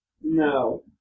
No